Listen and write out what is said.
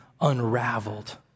unraveled